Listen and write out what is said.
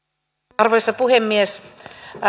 arvoisa puhemies